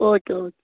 okay okay